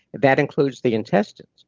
that includes the intestines,